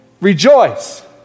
rejoice